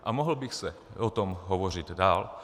A mohl bych o tom hovořit dál.